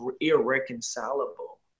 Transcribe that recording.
irreconcilable